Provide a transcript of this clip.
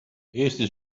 eestis